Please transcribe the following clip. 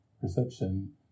perception